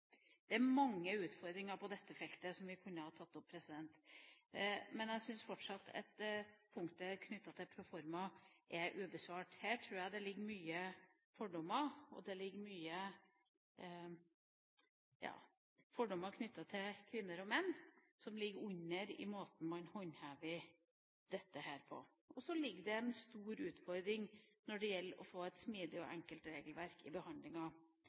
Det er mange utfordringer på dette feltet som vi kunne ha tatt opp, men jeg syns fortsatt at punktet knyttet til proforma er ubesvart. Her tror jeg det ligger mange fordommer, og det ligger mange fordommer knyttet til kvinner og menn under måten å håndheve dette på. Så er det en stor utfordring i behandlinga når det gjelder å få til et smidig og enkelt regelverk.